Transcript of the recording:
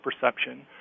perception